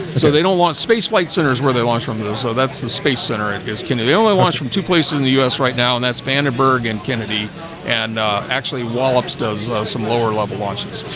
so they don't want space flight centers where they launch from those, so that's the space center, i and guess kenny they only launch from two places in the us right now, and that's vandenberg and kennedy and actually wallops does some lower-level launches,